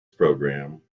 programme